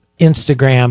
Instagram